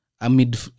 Amid